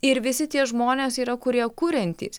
ir visi tie žmonės yra kurie kuriantys